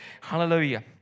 Hallelujah